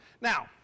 Now